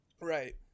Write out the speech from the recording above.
Right